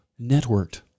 networked